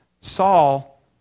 Saul